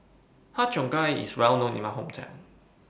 Har Cheong Gai IS Well known in My Hometown